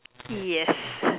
yes